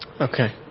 Okay